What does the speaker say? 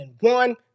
one